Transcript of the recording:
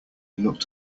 looked